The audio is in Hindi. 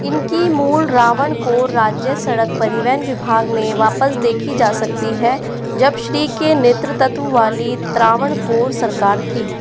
इनकी मूल रावण को राज्य सड़क परिवहन विभाग में वापस देखी जा सकती है जब श्री के नेतृत्व वाली त्रावणकोर सरकार थी